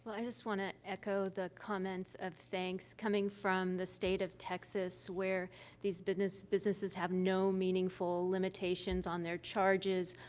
i just want to echo the comments of thanks, coming from the state of texas, where these businesses businesses have no meaningful limitations on their charges,